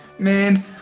Man